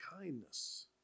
kindness